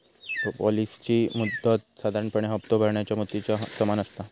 पॉलिसीची मुदत साधारणपणे हप्तो भरणाऱ्या मुदतीच्या समान असता